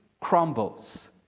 crumbles